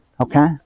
Okay